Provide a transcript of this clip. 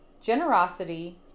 generosity